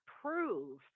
prove